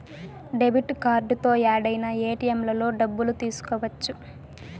debit కార్డుతో యాడైనా ఏటిఎంలలో డబ్బులు తీసుకోవచ్చు